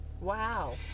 Wow